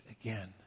again